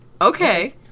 Okay